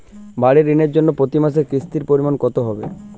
বাড়ীর ঋণের জন্য প্রতি মাসের কিস্তির পরিমাণ কত হবে?